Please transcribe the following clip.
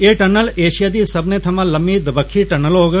एह् tunnel Asia दी सब्बने थवा लम्मी दवक्खी टनल होग